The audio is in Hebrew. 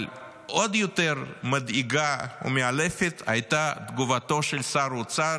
אבל עוד יותר מדאיגה ומאלפת הייתה תגובתו של שר האוצר,